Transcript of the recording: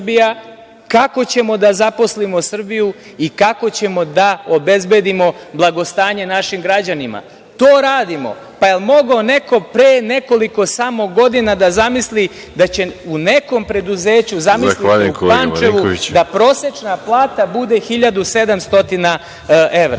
kako ćemo da zaposlimo Srbiju i kako ćemo da obezbedimo blagostanje našim građanima. To radimo. Jel mogao neko pre samo nekoliko godina da zamisli da će u nekom preduzeću, zamislite u Pančevu, da prosečna plata bude 1700 evra?